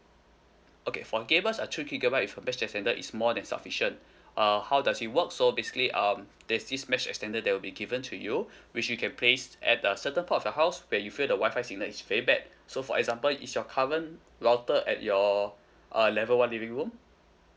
okay for gamers a two gigabyte with a mesh extender is more than sufficient uh how does it works so basically um there's this mesh extender that will be given to you which you can place at a certain part of your house where you feel the Wi-Fi signal is very bad so for example is your current router at your err level one living room